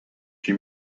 she